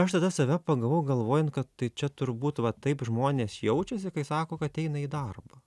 aš tada save pagavau galvojant kad tai čia turbūt va taip žmonės jaučiasi kai sako kad eina į darbą